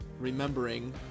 remembering